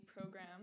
program